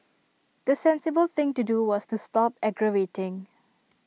the sensible thing to do was to stop aggravating